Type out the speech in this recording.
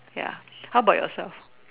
ya how bout yourself